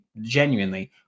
genuinely